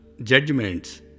Judgments